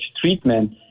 treatment